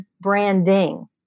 branding